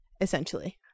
essentially